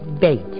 bait